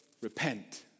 repent